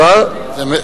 מרע, משטרה, רופאים,